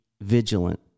vigilant